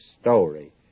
story